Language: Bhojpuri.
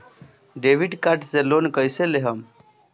डेबिट कार्ड से लोन कईसे लेहम?